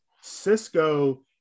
Cisco